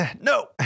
no